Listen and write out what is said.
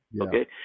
Okay